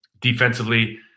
defensively